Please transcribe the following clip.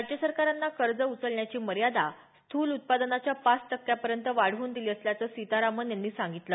राज्य सरकारांना कर्ज उचलण्याची मर्यादा स्थूल उत्पादनाच्या पाच टक्क्यापर्यंत वाढवून दिली असल्याचं सीतारामन यांनी सांगितलं